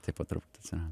tai po truputį